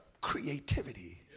creativity